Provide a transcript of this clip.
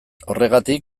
horregatik